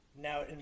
Now